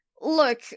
look